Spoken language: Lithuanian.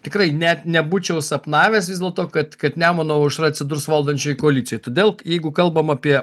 tikrai net nebūčiau sapnavęs vis dėlto kad kad nemuno aušra atsidurs valdančioj koalicijoj todėl jeigu kalbam apie